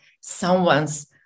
someone's